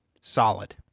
solid